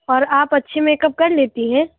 اور آپ اچھے میک اپ کر لیتی ہیں